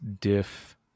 diff